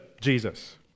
Jesus